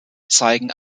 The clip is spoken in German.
zeigen